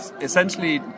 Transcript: essentially